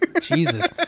Jesus